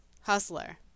hustler